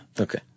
Okay